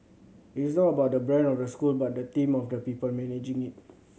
it's not about the brand of the school but the team of people managing it